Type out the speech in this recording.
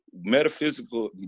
metaphysical